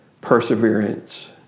perseverance